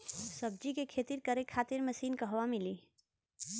सब्जी के खेती करे खातिर मशीन कहवा मिली?